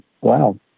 wow